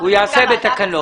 הוא יעשה בתקנות.